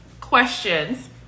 questions